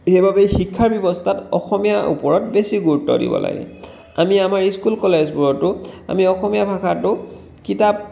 সেইবাবে শিক্ষাৰ ব্যৱস্থাত অসমীয়াৰ ওপৰত বেছি গুৰুত্ব দিব লাগে আমি আমাৰ ইস্কুল কলেজবোৰতো আমি অসমীয়া ভাষাটো কিতাপ